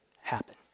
happen